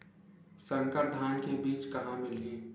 संकर धान के बीज कहां मिलही?